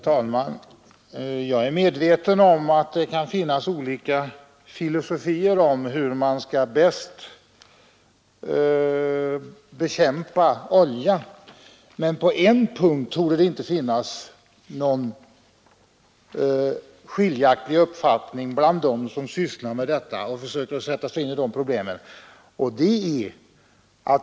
Herr talman! Jag är medveten om att det kan finnas olika filosofier om hur man bäst skall bekämpa olja. På en punkt torde det emellertid inte råda skiljaktiga uppfattningar bland dem som sysslar härmed och försöker sätta sig in i problemet.